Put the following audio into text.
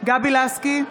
גבי לסקי,